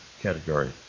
category